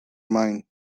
mind